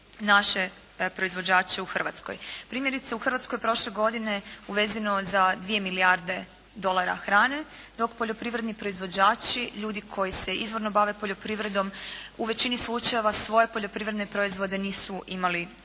naše proizvođače u Hrvatskoj. Primjerice u Hrvatskoj je prošle godine uvezeno za dvije milijarde dolara hrane dok poljoprivredni proizvođači, ljudi koji se izvorno bave poljoprivredom u većini slučajeva svoje poljoprivredne proizvode nisu imali kome